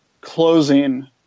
closing